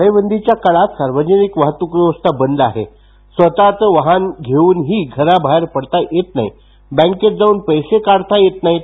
टाळेबंदीच्या काळात सार्वजनिक वाहतूक व्यवस्था बंद आहे स्वतःचं वाहन घेऊन ही घराबाहेर पडता येत नाही बँकेत जाऊन पैसे काढता येत नाहीत